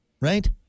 Right